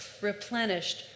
replenished